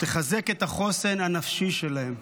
ותחזק את החוסן הנפשי שלהם.